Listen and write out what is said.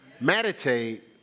Meditate